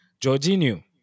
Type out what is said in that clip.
Jorginho